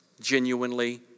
genuinely